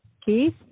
Keith